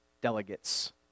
delegates